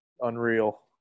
Unreal